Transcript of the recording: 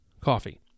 coffee